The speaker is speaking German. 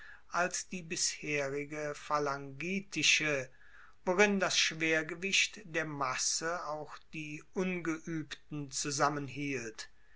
als die bisherige phalangitische worin das schwergewicht der masse auch die ungeuebten zusammenhielt